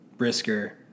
Brisker